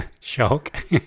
Shock